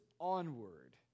onward